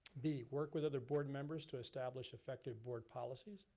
b, work with other board members to establish effective board policies.